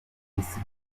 isi